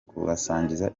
kubasangiza